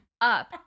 up